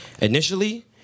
initially